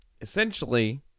essentially